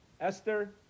Esther